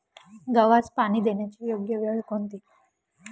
गव्हास पाणी देण्याची योग्य वेळ कोणती?